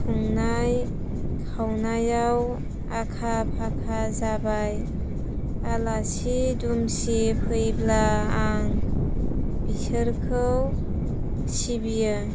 संनाय खावनायाव आखा फाखा जाबाय आलासि दुमसि फैब्ला आं बिसोरखौ सिबियो